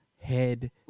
head